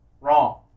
Wrong